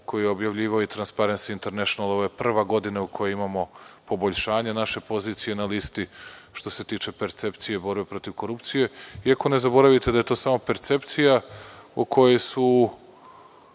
koju je objavljivao Transparensi internešnalOvo je prva godina u kojoj imamo poboljšanje naše pozicije na listi, što se tiče percepcije borbe protiv korupcije. Ne zaboravite da je to samo percepcija u kojoj su